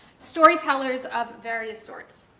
storytellers of various sorts.